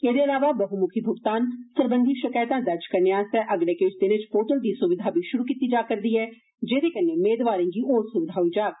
एदे इलावा बह मुखी भ्गतान सरबंधी शकैतां दर्ज कराने आस्तै अगेल किश दिनें च पोर्टल दी सुविधा बी शुरु कीती जा करदी ऐ जेदे कन्नै मेदवारें गी होर सुविधा होई जाग